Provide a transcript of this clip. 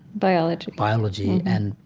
biology, biology and,